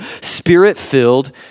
spirit-filled